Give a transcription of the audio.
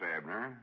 Abner